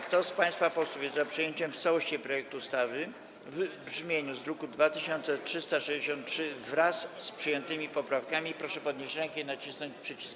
Kto z państwa posłów jest za przyjęciem w całości projektu ustawy w brzmieniu z druku nr 2363, wraz z przyjętymi poprawkami, proszę podnieść rękę i nacisnąć przycisk.